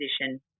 position